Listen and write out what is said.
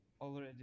already